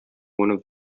one